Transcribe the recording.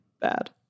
bad